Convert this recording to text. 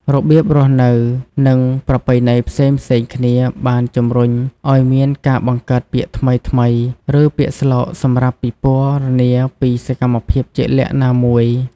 របៀបរស់នៅ និងប្រពៃណីផ្សេងៗគ្នាបានជំរុញឲ្យមានការបង្កើតពាក្យថ្មីៗ ឬពាក្យស្លោកសម្រាប់ពិពណ៌នាពីសកម្មភាពជាក់លាក់ណាមួយ។